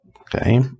Okay